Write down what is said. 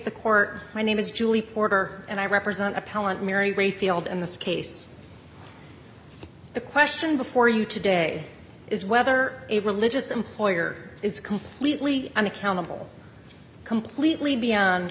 the court my name is julie porter and i represent appellant mary rayfield in this case the question before you today is whether a religious employer is completely unaccountable completely beyond